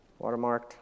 watermarked